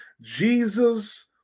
Jesus